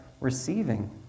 receiving